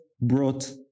brought